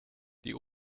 die